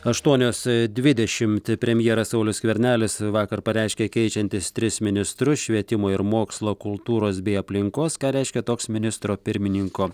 aštuonios dvidešimt premjeras saulius skvernelis vakar pareiškė keičiantis tris ministrus švietimo ir mokslo kultūros bei aplinkos ką reiškia toks ministro pirmininko